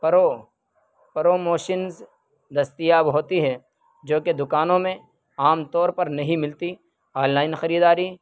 پرو promotions دستیاب ہوتی ہے جو کہ دکانوں میں عام طور پر نہیں ملتی آن لائن خریداری